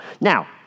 Now